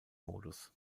modus